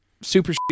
Super